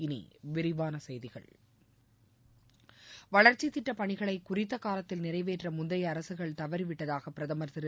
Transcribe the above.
இனி விரிவான செய்திகள் வளர்ச்சித் திட்டப் பணிகளை குறித்த காலத்தில் நிறைவேற்ற முந்தைய அரசுகள் தவறிவிட்டதாக பிரதமர் திரு